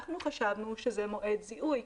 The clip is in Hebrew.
מבחינתו זה מועד הזיהוי.